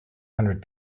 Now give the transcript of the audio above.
hundred